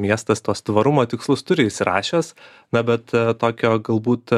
miestas tuos tvarumo tikslus turi įsirašęs na bet tokio galbūt